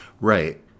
Right